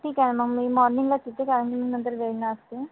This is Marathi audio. ठीक आहे मग मी मॉर्निंगलाच येते कारण की मग नंतर वेळ नाही असते